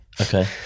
Okay